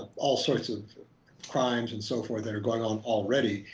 all sorts of crimes and so forth that are going on already,